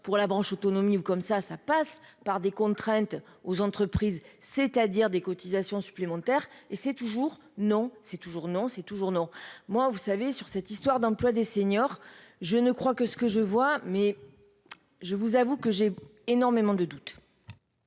pour la branche autonomie ou comme ça, ça passe par des contraintes aux entreprises, c'est-à-dire des cotisations supplémentaires et c'est toujours non c'est toujours non c'est toujours non, moi, vous savez sur cette histoire d'emploi des seniors, je ne crois que ce que je vois, mais je vous avoue que j'ai énormément de doutes.